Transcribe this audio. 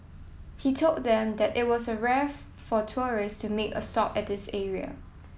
he told them that it was a rare for tourists to make a stop at this area